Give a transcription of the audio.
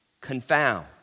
confound